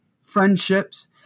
friendships